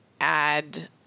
add